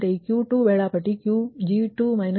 ಅಂತೆಯೇ Q2 ವೇಳಾಪಟ್ಟಿ Qg2 QL2 ಗೆ ಸಮಾನವಾಗಿರುತ್ತದೆ ಅಂದರೆ 30 −140